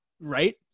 Right